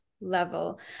level